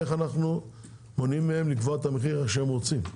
איך אנחנו מונעים מהם לקבוע את המחיר כמו שהם רוצים.